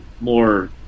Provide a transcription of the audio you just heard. more